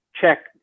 check